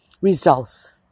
results